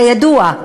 כידוע,